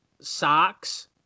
socks